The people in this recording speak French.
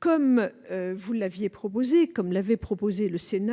Comme le Sénat l'avait proposé, elle